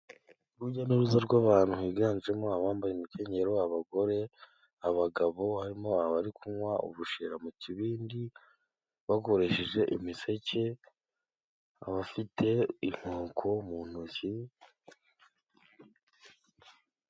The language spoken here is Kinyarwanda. Urujya n'uruza rw'abantu biganjemo abambaye imikenyero, abagore, abagabo, harimo abari kunywa ubushera mu kibindi bakoresheje imiseke, abafite inkoko mu ntoki.